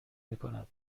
میکند